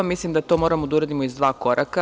Mislim da to moramo da uradimo iz dva koraka.